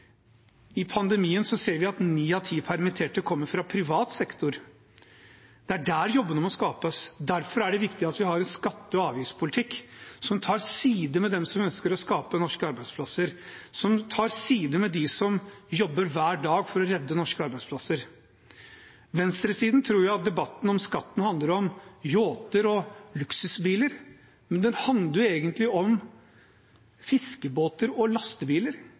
I pandemien ser vi at ni av ti permitterte kommer fra privat sektor. Det er der jobbene må skapes. Derfor er det viktig at vi har en skatte- og avgiftspolitikk som er på lag med dem som ønsker å skape norske arbeidsplasser, som er på lag med dem som jobber hver dag for å redde norske arbeidsplasser. Venstresiden tror at debatten om skatt handler om yachter og luksusbiler, men den handler egentlig om fiskebåter og lastebiler.